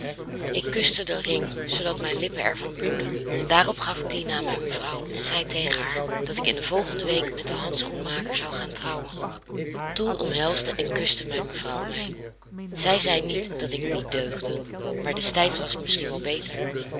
ik kuste den ring zoodat mijn lippen er van bloedden en daarop gaf ik dien aan mijn mevrouw en zei tegen haar dat ik in de volgende week met den handschoenmaker zou gaan trouwen toen omhelsde en kuste mijn mevrouw mij zij zeide niet dat ik niet deugde maar destijds was ik misschien wel beter